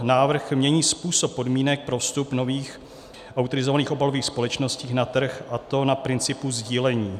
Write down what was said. Návrh mění způsob podmínek pro vstup nových autorizovaných obalových společností na trh, a to na principu sdílení.